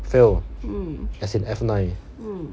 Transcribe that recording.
fail as in F nine